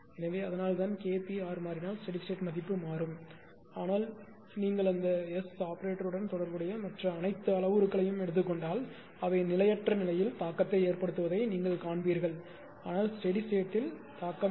எனவே அதனால்தான் K p R மாறினால் ஸ்டெடி ஸ்டேட் மதிப்பு மாறும் ஆனால் நீங்கள் அந்த S ஆபரேட்டருடன் தொடர்புடைய மற்ற அனைத்து அளவுருக்களையும் எடுத்துக் கொண்டால் அவை நிலையற்ற நிலையில் தாக்கத்தை ஏற்படுத்துவதை நீங்கள் காண்பீர்கள் ஆனால் ஸ்டெடி ஸ்டேட்யில் இல்லை